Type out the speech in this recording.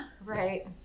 Right